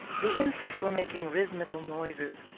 the insects were making rhythmical noises.